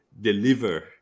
deliver